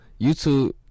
YouTube